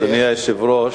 אדוני היושב-ראש,